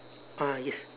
ah yes